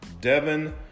Devin